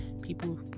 People